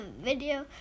video